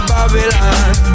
Babylon